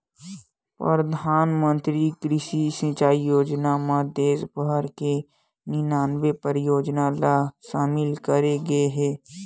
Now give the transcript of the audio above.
परधानमंतरी कृषि सिंचई योजना म देस भर म निनानबे परियोजना ल सामिल करे गे हे